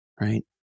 right